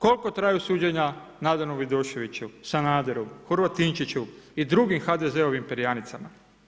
Koliko traju suđenja Nadanu Vidoševiću, Sanaderu, Horvatinčiću i drugim HDZ-ovim perjanicama?